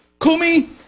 Kumi